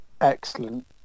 excellent